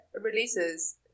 releases